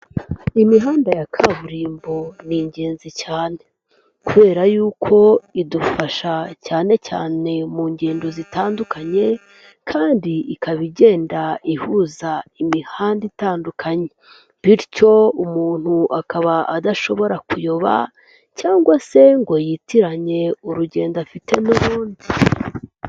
Imihanda ya kaburimbo ni ingenzi cyane kubera kubera yuko idufasha cyane cyane mu ngendo zitandukanye kandi ikaba igenda ihuza imihanda itandukanye bityo umuntu akaba adashobora kuyoba cyangwa se ngo yitiranye urugendo afite n'urundi.